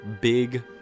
big